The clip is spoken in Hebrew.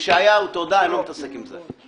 אני לא מתעסק עם זה.